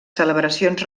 celebracions